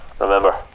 Remember